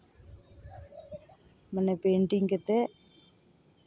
ᱢᱟᱱᱮ ᱯᱮᱱᱴᱤᱝ ᱠᱟᱛᱮᱫ